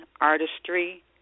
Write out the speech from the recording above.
Artistry